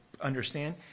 understand